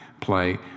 play